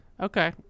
Okay